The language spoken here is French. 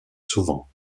souvent